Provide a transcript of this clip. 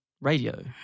radio